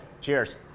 Cheers